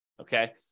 okay